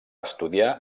estudiar